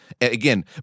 Again